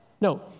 No